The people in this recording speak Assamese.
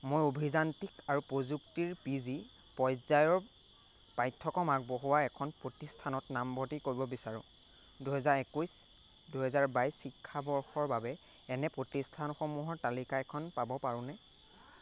মই অভিযান্ত্ৰিক আৰু প্ৰযুক্তিৰ পি জি পৰ্যায়ৰ পাঠ্যক্ৰম আগবঢ়োৱা এখন প্ৰতিষ্ঠানত নামভৰ্তি কৰিব বিচাৰোঁ দুই হাজাৰ একৈছ দুই হাজাৰ বাইশ শিক্ষাবৰ্ষৰ বাবে এনে প্ৰতিষ্ঠানসমূহৰ তালিকা এখন পাব পাৰোঁনে